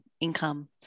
income